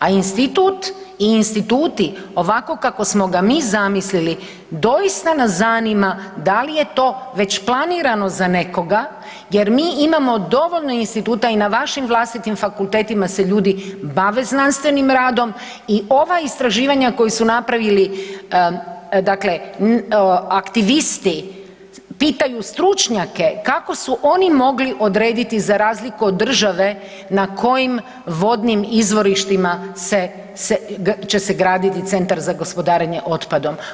A institut i instituti ovako kako smo ga mi zamislili doista nas zanima da li je to već planirano za nekoga jer mi imamo dovoljno instituta i na vašim vlastitim fakultetima se ljudi bave znanstvenim radom i ova istraživanja koji su napravili aktivisti pitaju stručnjake kako su oni mogli odrediti za razliku od države na kojim vodnim izvorištima će se graditi centar za gospodarenje otpadom.